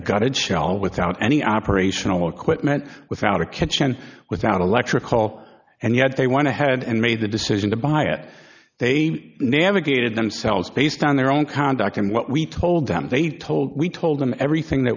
gutted shell without any operational equipment without a kitchen without electrical and yet they want to head and made the decision to buy it they navigated themselves based on their own conduct and what we told them they told we told them everything that